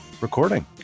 recording